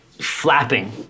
flapping